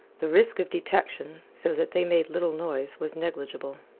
the risk of detection, so that they made little noise, was negligible.